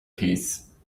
piece